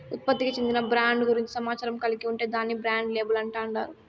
ఉత్పత్తికి చెందిన బ్రాండ్ గూర్చి సమాచారం కలిగి ఉంటే దాన్ని బ్రాండ్ లేబుల్ అంటాండారు